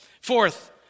fourth